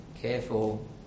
Careful